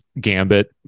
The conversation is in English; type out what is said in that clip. Gambit